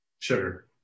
Sugar